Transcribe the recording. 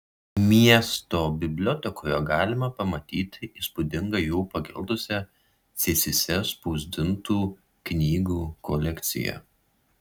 miesto bibliotekoje galima pamatyti įspūdingą jau pageltusią cėsyse spausdintų knygų kolekciją